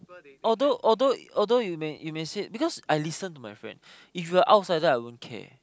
although although although you may you may said because I listen to my friend if you're outsider I won't care